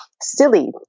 silly